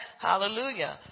Hallelujah